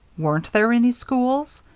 weren't there any schools?